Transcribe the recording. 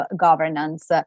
governance